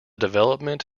development